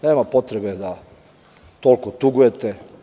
Nema potrebe da toliko tugujete.